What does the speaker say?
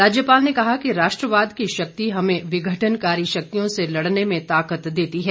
राज्यपाल ने कहा कि राष्ट्रवाद की शक्ति हमें विघटनकारी शक्तियों से लड़ने में ताकत देती है